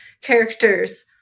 characters